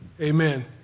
Amen